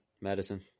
Medicine